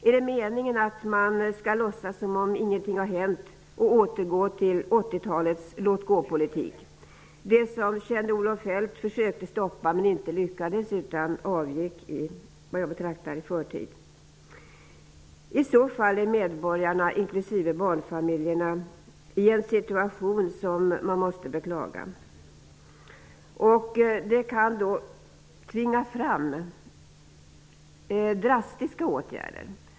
Är det meningen att man skall låtsas som om ingenting har hänt och återgå till 80-talets låtgåpolitik? Kjell-Olof Feldt försökte ju att stoppa denna politik utan att lyckas. Därför avgick han -- som jag betraktar det -- i förtid. Om låtgåpolitiken får fortsätta hamnar medborgarna, inklusive barnfamiljerna, i en situation som måste beklagas. Den kan tvinga fram drastiska åtgärder.